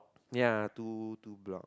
ya two two block